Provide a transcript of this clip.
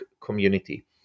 community